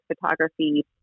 photography